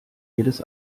jedes